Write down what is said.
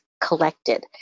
collected